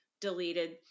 deleted